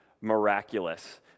miraculous